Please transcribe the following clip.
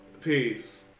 Peace